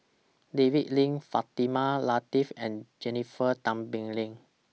David Lim Fatimah Lateef and Jennifer Tan Bee Leng